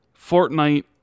Fortnite